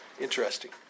Interesting